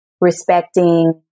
respecting